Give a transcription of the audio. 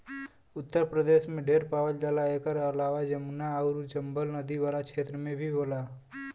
उत्तर प्रदेश में ढेर पावल जाला एकर अलावा जमुना आउर चम्बल नदी वाला क्षेत्र में भी होला